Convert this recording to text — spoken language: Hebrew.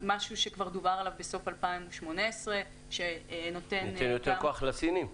משהו שכבר דובר עליו בסוף 2018 שנותן -- נותן יותר כוח לסינים?